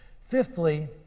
Fifthly